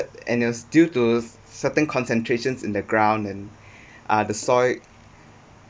and it was due to certain concentrations in the ground and uh the soil